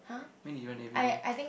when did you run everyday